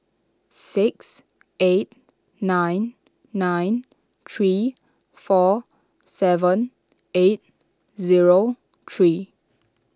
six eight nine nine three four seven eight zero three